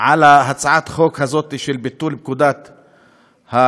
על הצעת החוק הזאת של ביטול פקודת העיתונות.